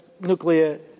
nuclear